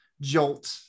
jolt